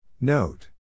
Note